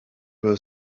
were